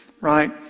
right